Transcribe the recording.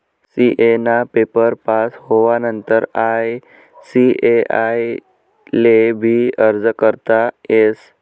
CA ना paper pass होवानंतर ICAI ले भी अर्ज करता येस